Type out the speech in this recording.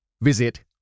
Visit